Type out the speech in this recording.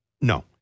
No